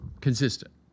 consistent